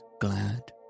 glad